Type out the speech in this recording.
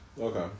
Okay